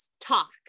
talk